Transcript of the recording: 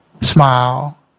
Smile